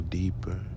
deeper